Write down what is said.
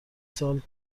سال